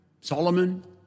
Solomon